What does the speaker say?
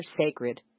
sacred